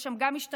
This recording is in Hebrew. יש שם גם משטרה,